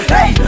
Hey